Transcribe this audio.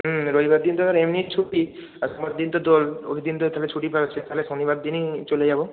হুম রবিবার দিন তো ধর এমনিই ছুটি আর সোমবার দিন তো দোল ওই দিনটাও তাহলে ছুটি পাচ্ছি তাহলে শনিবার দিনই চলে যাব